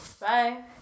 Bye